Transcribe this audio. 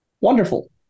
Wonderful